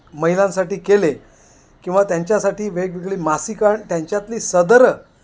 महिलांसाठी केले किंवा त्यांच्यासाठी वेगवेगळी मासिकां त्यांच्यातली सदरं